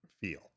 feel